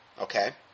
Okay